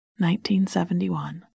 1971